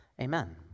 Amen